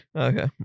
Okay